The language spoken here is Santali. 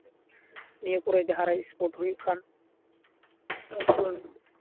ᱱᱤᱭᱟᱹ ᱠᱚᱨᱮ ᱡᱟᱦᱟᱸ ᱨᱮ ᱮᱥᱯᱳᱴ ᱦᱩᱭᱩᱜ ᱠᱷᱟᱱ